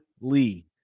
Lee